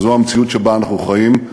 זו המציאות שבה אנחנו חיים.